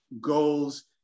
goals